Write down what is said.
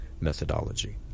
methodology